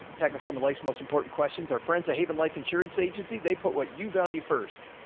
tackle, some of life's most important questions. our friends at haven life insurance agency, they put what you value first.